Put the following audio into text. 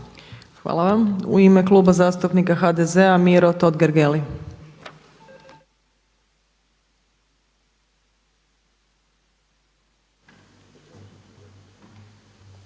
Hvala. U ime Kluba zastupnika HDZ-a Miro Totgergeli.